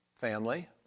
family